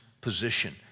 position